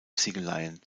ziegeleien